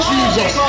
Jesus